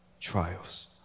trials